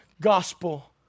gospel